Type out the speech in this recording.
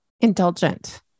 Indulgent